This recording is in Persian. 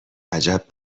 عجب